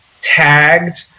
tagged